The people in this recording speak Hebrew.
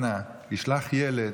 אנא, שלח ילד